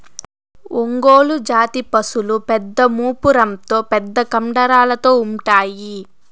ఒంగోలు జాతి పసులు పెద్ద మూపురంతో పెద్ద కండరాలతో ఉంటాయి